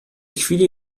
chwili